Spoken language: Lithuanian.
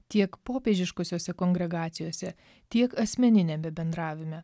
tiek popiežiškosiose kongregacijose tiek asmeniniame bendravime